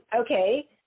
Okay